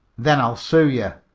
then i'll sue ye.